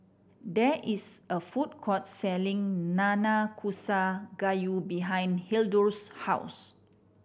there is a food court selling Nanakusa Gayu behind Hildur's house